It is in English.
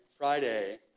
Friday